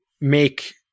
make